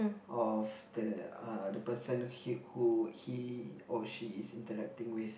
of the uh the person he who he or she is interacting with